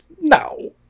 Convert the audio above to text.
No